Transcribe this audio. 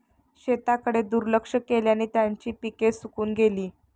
शेताकडे दुर्लक्ष केल्याने त्यांची पिके सुकून गेली